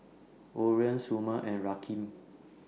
Oren Somer and Rakeem